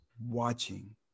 watching